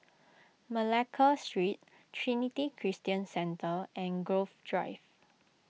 Malacca Street Trinity Christian Centre and Grove Drive